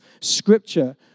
scripture